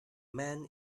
man